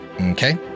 Okay